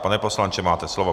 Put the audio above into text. Pane poslanče, máte slovo.